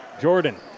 Jordan